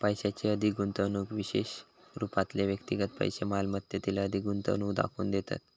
पैशाची अधिक गुंतवणूक विशेष रूपातले व्यक्तिगत पैशै मालमत्तेतील अधिक गुंतवणूक दाखवून देतत